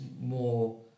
more